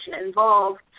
involved